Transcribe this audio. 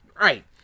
Right